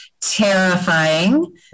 terrifying